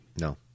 No